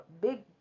big